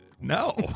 No